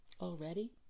Already